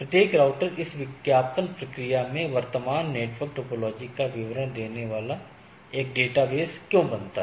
प्रत्येक राउटर इस विज्ञापन प्रक्रिया में वर्तमान नेटवर्क टोपोलॉजी का विवरण देने वाला एक डेटाबेस क्यों बनाता है